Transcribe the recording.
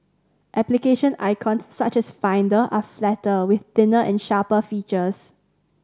application icons such as Finder are flatter with thinner and sharper features